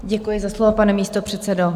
Děkuji za slovo, pane místopředsedo.